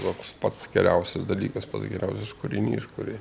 toks pats geriausias dalykas pats geriausias kūrinys kurį